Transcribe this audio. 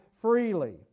freely